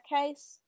case